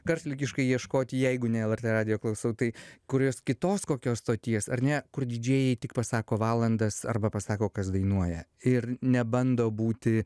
karštligiškai ieškoti jeigu ne lrt radijo klausau tai kurios kitos kokios stoties ar ne kur didžėjai tik pasako valandas arba pasako kas dainuoja ir nebando būti